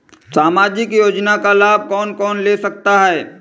सामाजिक योजना का लाभ कौन कौन ले सकता है?